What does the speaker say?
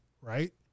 right